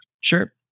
Sure